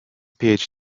phd